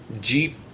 Jeep